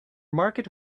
market